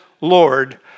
Lord